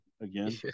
Again